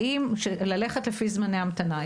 האם ללכת לפי זמני המתנה.